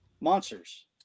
monsters